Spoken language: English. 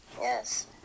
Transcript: Yes